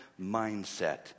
mindset